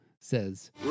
says